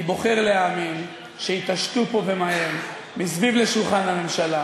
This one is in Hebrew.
אני בוחר להאמין שיתעשתו פה ומהר מסביב לשולחן הממשלה,